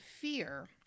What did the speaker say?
fear